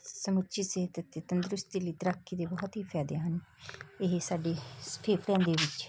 ਸਮੁੱਚੀ ਸਿਹਤ ਅਤੇ ਤੰਦਰੁਸਤੀ ਲਈ ਤੈਰਾਕੀ ਦੇ ਬਹੁਤ ਹੀ ਫਾਇਦੇ ਹਨ ਇਹ ਸਾਡੇ ਫੇਫੜਿਆਂ ਦੇ ਵਿੱਚ